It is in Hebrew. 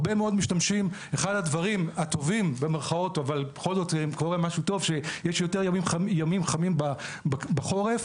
אחד הדברים הטובים במירכאות הוא שיש יותר ימים חמים בחורף.